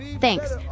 Thanks